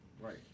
Right